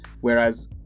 whereas